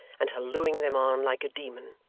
and hallooing them on like a demon.